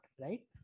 right